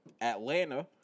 Atlanta